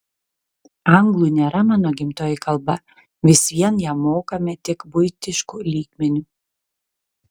anglų nėra mano gimtoji kalba vis vien ją mokame tik buitišku lygmeniu